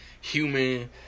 Human